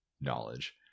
knowledge